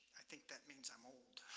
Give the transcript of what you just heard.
i think that means i'm old.